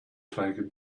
taken